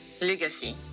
legacy